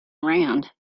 around